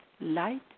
light